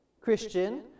Christian